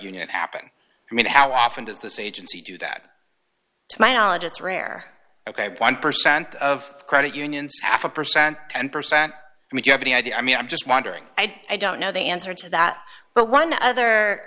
union happen i mean how often does this agency do that to my knowledge it's rare one percent of credit unions half a percent ten percent i mean you have any idea i mean i'm just wondering i don't know the answer to that but one other